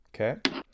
Okay